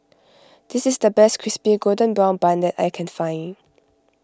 this is the best Crispy Golden Brown Bun that I can find